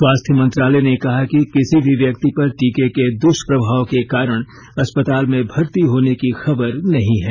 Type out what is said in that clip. स्वास्थ्य मंत्रालय ने कहा कि किसी भी व्यक्ति पर टीके के दुष्प्रभाव के कारण अस्पताल में भर्ती होने की खबर नहीं है